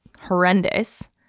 horrendous